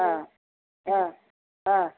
हां हां हां